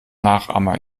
nachahmer